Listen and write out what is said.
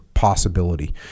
possibility